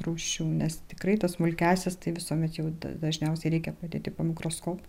rūšių nes tikrai tas smulkiąsias tai visuomet jau dažniausiai reikia padėti po mikroskopu